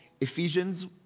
Ephesians